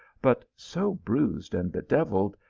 but so bruised and be deviled,